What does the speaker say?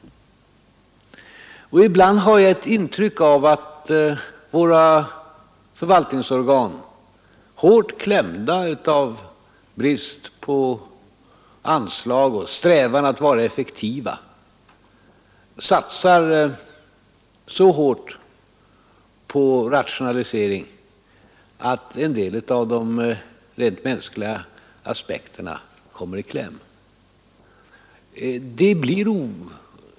Jag har ibland ett intryck av att våra förvaltningsorgan, pressade av bristen på anslag och i sin strävan att vara effektiva, satsar så hårt på rationaliseringar att en del av de mänskliga aspekterna kommer i kläm.